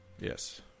Yes